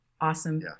Awesome